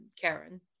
Karen